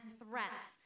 threats